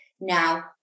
now